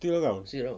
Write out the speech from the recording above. still around